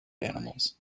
animals